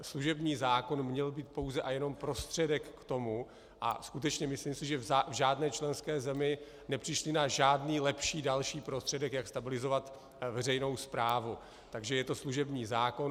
Služební zákon měl být pouze a jenom prostředek k tomu, a skutečně si myslím, že v žádné členské zemi nepřišli na žádný lepší další prostředek, jak stabilizovat veřejnou správu, je to služební zákon.